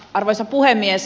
arvoisa puhemies